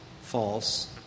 false